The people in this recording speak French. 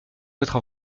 votre